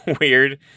weird